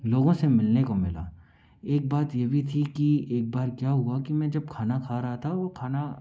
लोगों से मिलने को मिला एक बात यह भी थी कि एक बार क्या हुआ कि मैं जब खाना खा रहा था वह खाना